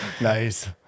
Nice